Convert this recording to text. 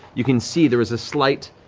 you can see there is a slight